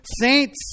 saints